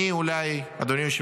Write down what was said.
אני, אדוני היושב-ראש,